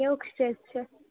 કેવુંક stress છે